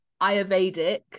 Ayurvedic